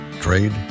Trade